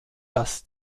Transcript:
dass